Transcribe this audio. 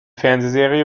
fernsehserie